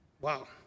Wow